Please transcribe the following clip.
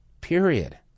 period